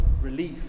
relief